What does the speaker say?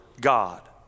God